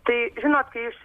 tai žinot kai iš